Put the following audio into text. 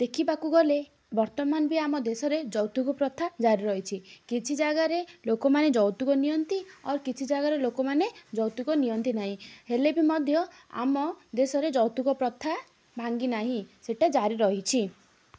ଦେଖିବାକୁ ଗଲେ ବର୍ତ୍ତମାନ ବି ଆମ ଦେଶରେ ଯୌତୁକ ପ୍ରଥା ଜାରି ରହିଛି କିଛି ଜାଗାରେ ଲୋକମାନେ ଯୌତୁକ ନିଅନ୍ତି ଆଉ କିଛି ଜାଗାରେ ଲୋକମାନେ ଯୌତୁକ ନିଅନ୍ତି ନାହିଁ ହେଲେ ବି ମଧ୍ୟ ଆମ ଦେଶରେ ଯୌତୁକ ପ୍ରଥା ଭାଙ୍ଗିନାହିଁ ସେଇଟା ଜାରି ରହିଛି